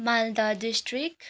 Malda district